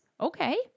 Okay